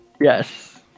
Yes